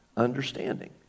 understanding